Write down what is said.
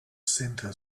center